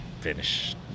finish